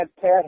Pat